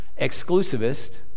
exclusivist